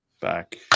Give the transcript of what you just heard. Back